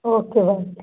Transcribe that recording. okay